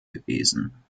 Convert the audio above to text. gewesen